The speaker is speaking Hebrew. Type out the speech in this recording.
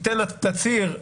ייתן תצהיר,